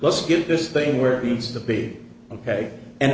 let's get this thing where it needs to be ok and